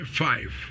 five